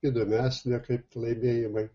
įdomesnė kaip laimėjimai